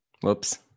whoops